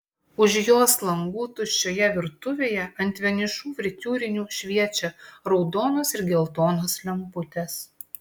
už jos langų tuščioje virtuvėje ant vienišų fritiūrinių šviečia raudonos ir geltonos lemputės